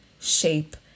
shape